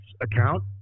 account